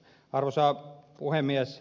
arvoisa puhemies